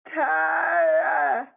tired